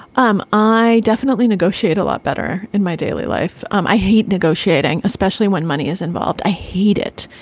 um i definitely negotiate a lot better in my daily life. um i hate negotiating, especially when money is involved. i hate it.